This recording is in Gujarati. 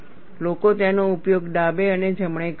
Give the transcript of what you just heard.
લોકો તેનો ઉપયોગ ડાબે અને જમણે કરે છે